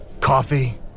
coffee